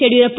Yediyurappa